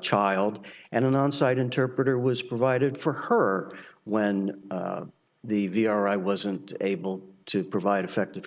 child and an onsite interpreter was provided for her when the v o r i wasn't able to provide effective